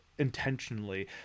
intentionally